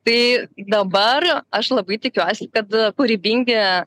tai dabar aš labai tikiuosi kad kūrybingi